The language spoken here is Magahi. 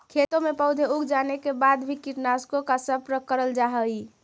खेतों में पौधे उग जाने के बाद भी कीटनाशकों का स्प्रे करल जा हई